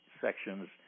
sections